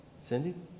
Cindy